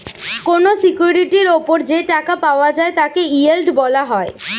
কোন সিকিউরিটির উপর যে টাকা পাওয়া যায় তাকে ইয়েল্ড বলা হয়